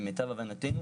למיטב הבנתי,